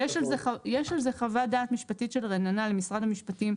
ויש על זה חוות דעת משפטית של רננה למשרד המשפטים,